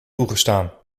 toegestaan